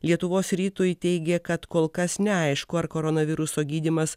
lietuvos rytui teigė kad kol kas neaišku ar koronaviruso gydymas